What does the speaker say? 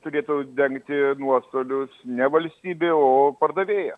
turėtų dengti nuostolius ne valstybė o pardavėja